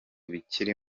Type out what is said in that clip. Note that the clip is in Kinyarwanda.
bikiri